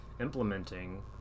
implementing